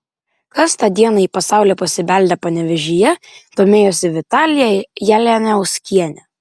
kas tą dieną į pasaulį pasibeldė panevėžyje domėjosi vitalija jalianiauskienė